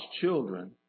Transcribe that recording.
children